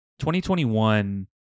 2021